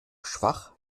schwach